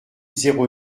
zéro